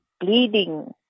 Bleeding